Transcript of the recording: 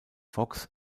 fox